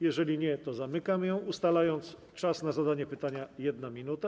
Jeżeli nie, to zamykam ją, ustalając czas na zadanie pytania - 1 minuta.